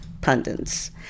pundits